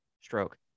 stroke